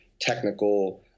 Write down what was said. technical